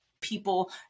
people